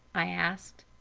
i asked.